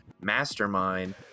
mastermind